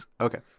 Okay